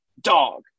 dog